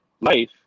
life